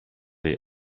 jej